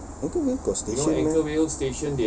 anchorvale got station meh